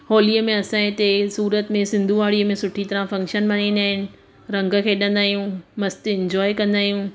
होलीअ में असांजे हिते सूरत में सिंधुवाड़ी में सुठी तराह फंक्शन मल्हाईंदा आहिनि रंगु खेॾंदा आहियूं मस्तु इन्जॉय कंदा आहियूं